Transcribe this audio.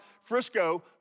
Frisco